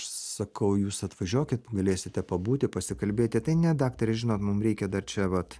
sakau jūs atvažiuokit galėsite pabūti pasikalbėti tai ne daktare žinot mum reikia dar čia vat